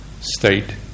state